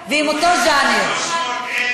חבר הכנסת עיסאווי פריג',